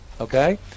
Okay